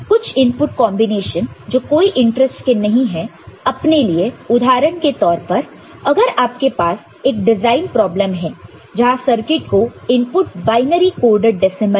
कुछ input combination जो कोई इंटरेस्ट के नहीं है अपने लिए उदाहरण के तौर पर अगर आपके पास एक डिजाइन प्रॉब्लम है जहां सर्किट को इनपुट बायनरी कोडेड डेसिमल में है